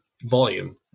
volume